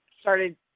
started